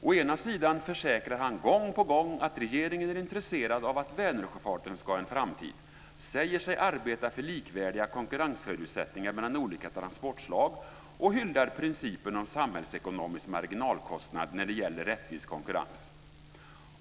Å ena sidan försäkrar han gång på gång att regeringen är intresserad av att Vänersjöfarten ska ha en framtid, säger sig arbeta för likvärdiga konkurrensförutsättningar mellan olika transportslag och hyllar principen om samhällsekonomisk marginalkostnad när det gäller rättvis konkurrens.